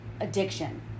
addiction